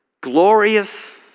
glorious